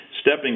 stepping